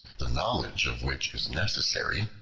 the knowledge of which is necessary,